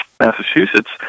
Massachusetts